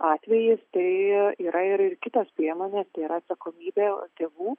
atvejis tai yra ir ir kitos priemonės yra atsakomybė tėvų